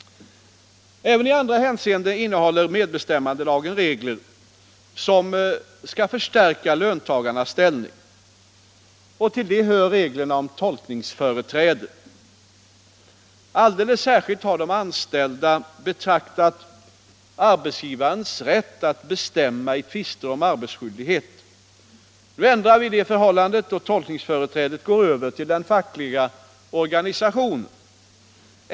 Även i andra hänseenden innehåller medbestämmandelagen regler som skall förstärka löntagarnas ställning. Dit hör reglerna om tolkningsföreträde. Som särskilt anmärkningsvärd har de anställda betraktat arbetsgivarens rätt att bestämma i tvister om arbetsskyldighet. Nu ändrar vi det förhållandet, och tolkningsföreträdet går över till den fackliga organisationen.